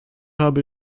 habe